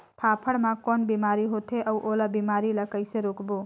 फाफण मा कौन बीमारी होथे अउ ओला बीमारी ला कइसे रोकबो?